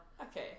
Okay